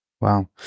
Wow